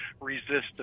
resistance